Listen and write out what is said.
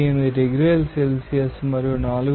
0098 డిగ్రీల సెల్సియస్ మరియు 4